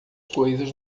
coisas